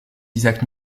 isaac